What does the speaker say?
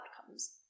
outcomes